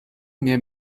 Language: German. mehr